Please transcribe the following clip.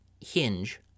hinge